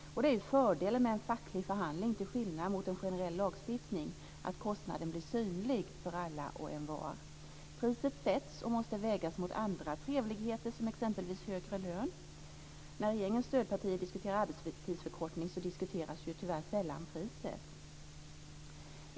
Detta är fördelen med en facklig förhandling - kostnaden blir synlig för alla och envar till skillnad mot vid en generell lagstiftning. Priset sätts, och måste vägas mot andra trevligheter som exempelvis högre lön. När regeringens stödpartier diskuterar arbetstidsförkortning så diskuteras ju tyvärr sällan priset.